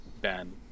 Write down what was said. Ben